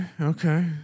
Okay